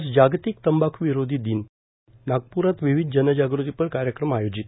आज जागतिक तंबाख् विरोधी दिनय नागप्रात विविध जनजागतीपर कार्यक्रम आयोजित